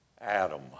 Adam